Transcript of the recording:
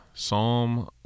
psalm